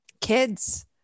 kids